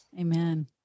Amen